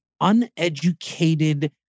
uneducated